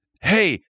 Hey